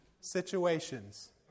situations